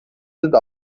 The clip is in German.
sind